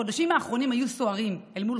החודשים האחרונים היו סוערים אל מול